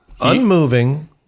Unmoving